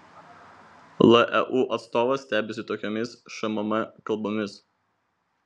leu atstovas stebisi tokiomis šmm kalbomis